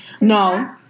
No